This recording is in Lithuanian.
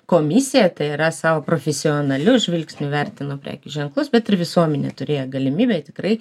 komisija tai yra savo profesionaliu žvilgsniu įvertino prekių ženklus bet ir visuomenė turėjo galimybę tikrai